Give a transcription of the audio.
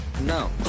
No